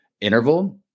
interval